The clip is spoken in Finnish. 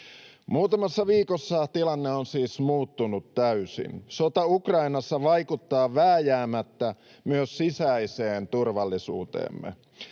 Muutamassa viikossa tilanne on siis muuttunut täysin. Sota Ukrainassa vaikuttaa vääjäämättä myös sisäiseen turvallisuuteemme.